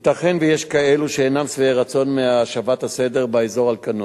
ייתכן שיש כאלו שאינם שבעי רצון מהשבת הסדר באזור על כנו.